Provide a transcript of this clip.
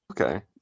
Okay